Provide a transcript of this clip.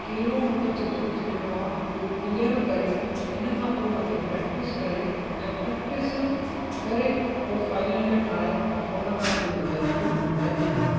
कहिड़ो मूंखे चित्र चिटणो आहे हू क्लीअर करे इनखां पोइ उनते प्रेक्टिस करे ऐं प्रेक्टिस करे पोइ फ़ाइनल में ठाहे त उनखां पोइ उहे ग़लतियूं न थींदियूं